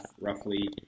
roughly